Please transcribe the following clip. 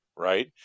Right